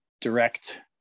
direct